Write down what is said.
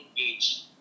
engage